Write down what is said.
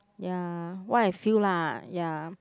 ya what I feel lah ya